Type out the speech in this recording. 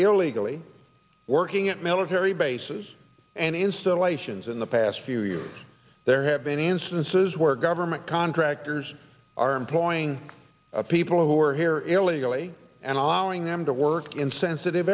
illegally working at military bases and installations in the past few years there have been and senses where government contractors are employing people who are here illegally and allowing them to work in sensitive